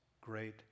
great